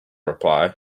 reply